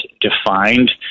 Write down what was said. defined